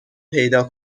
پیدا